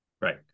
Right